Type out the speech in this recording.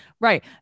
Right